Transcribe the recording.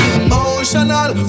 emotional